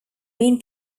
been